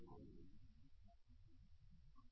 voltage level span length minimum ground clearance 0